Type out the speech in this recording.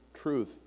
truth